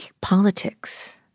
politics